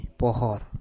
pohor